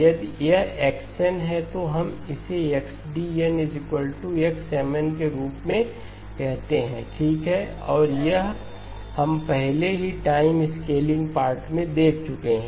यदि यह x n है तो हम इसे XDnx Mnके रूप में कहते हैं ठीक है और यह हम पहले ही टाइम स्केलिंग पार्ट में देख चुके हैं